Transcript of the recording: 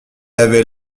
avait